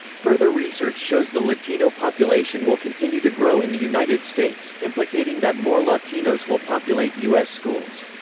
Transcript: further research shows the latino population will continue to grow in the united states, implicating that more latinos will populate u s schools.